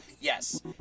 yes